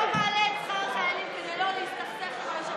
שאתה לא מעלה את שכר החיילים כדי לא להסתכסך עם היושב-ראש,